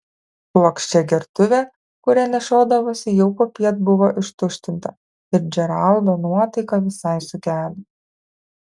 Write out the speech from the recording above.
plokščia gertuvė kurią nešiodavosi jau popiet buvo ištuštinta ir džeraldo nuotaika visai sugedo